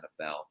NFL